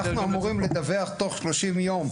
אנחנו אמורים לדווח תוך 30 יום.